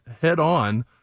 head-on